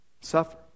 Suffer